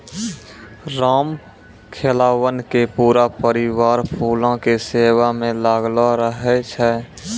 रामखेलावन के पूरा परिवार फूलो के सेवा म लागलो रहै छै